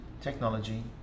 technology